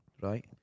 right